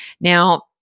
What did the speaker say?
Now